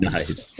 Nice